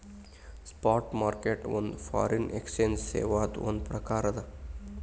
spot market ಒಂದ್ foreign exchange ಸೇವಾದ್ ಒಂದ್ ಪ್ರಕಾರ ಅದ